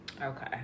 Okay